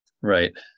right